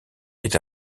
est